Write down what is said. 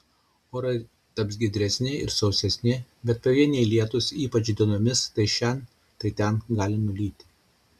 orai taps giedresni ir sausesni bet pavieniai lietūs ypač dienomis tai šen tai ten gali nulyti